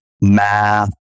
math